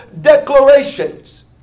declarations